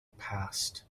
passed